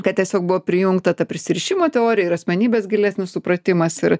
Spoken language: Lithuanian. kad tiesiog buvo prijungta ta prisirišimo teorija ir asmenybės gilesnis supratimas ir